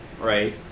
right